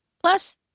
Plus